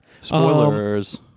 Spoilers